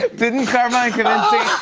ah didn't carmike and um